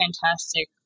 fantastic